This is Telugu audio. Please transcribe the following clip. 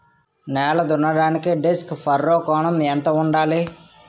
నేల దున్నడానికి డిస్క్ ఫర్రో కోణం ఎంత ఉండాలి?